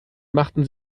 machten